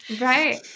right